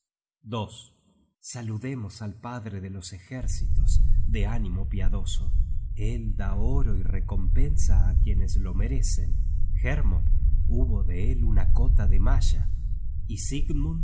santos saludemos al padre de los ejércitos de ánimo piadoso él da oro y recompensa á quienes lo merecen hermod hubo de él una cota de malla y